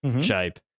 shape